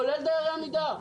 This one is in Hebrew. כולל דיירי עמידר,